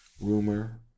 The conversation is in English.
rumor